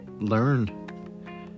Learn